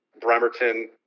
Bremerton